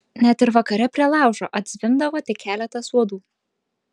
net ir vakare prie laužo atzvimbdavo tik keletas uodų